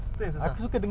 itu yang susah